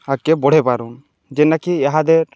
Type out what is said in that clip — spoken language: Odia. ଆଗ୍କେ ବଢ଼େଇ ପାରନ୍ ଯେନ୍ଟାକି ଇହାଦେ